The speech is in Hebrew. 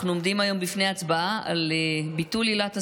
אנחנו עומדים היום בפני הצבעה על ביטול עילת הסבירות,